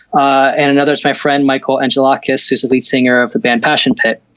and another is my friend michael angelakos who is the lead singer of the band passion pit.